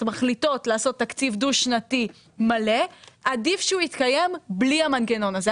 מחליטות לעשות תקציב דו שנתי מלא עדיף שהוא יתקיים בלי המנגנון הזה.